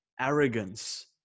arrogance